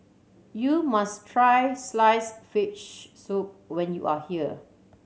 you must try sliced fish soup when you are here